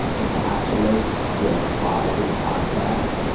encapsulate the vibe of the podcast,